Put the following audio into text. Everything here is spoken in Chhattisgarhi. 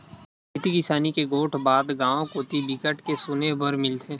खेती किसानी के गोठ बात गाँव कोती बिकट के सुने बर मिलथे